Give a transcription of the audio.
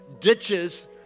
ditches